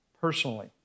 personally